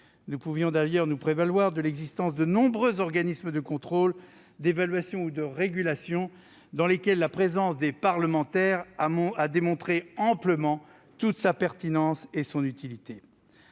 Nous pouvions d'ailleurs nous prévaloir de l'existence de nombreux organismes de contrôle, d'évaluation ou de régulation dans lesquels la présence des parlementaires a démontré amplement toute sa pertinence et son utilité.